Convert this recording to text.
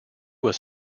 were